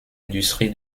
industrie